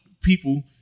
people